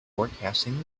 forecasting